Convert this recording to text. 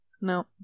No